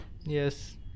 Yes